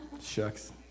Shucks